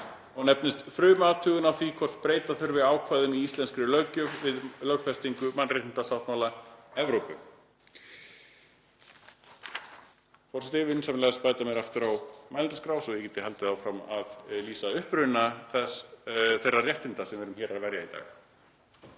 og nefnist: Frumathugun á því hvort breyta þurfi ákvæðum í íslenskri löggjöf við lögfestingu mannréttindasáttmála Evrópu.“ Forseti. Vinsamlegast bætið mér aftur á mælendaskrá svo ég geti haldið áfram að lýsa uppruna þeirra réttinda sem við erum hér að verja í dag.